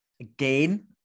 again